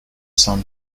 sun